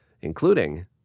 including